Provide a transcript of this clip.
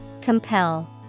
compel